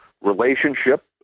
relationship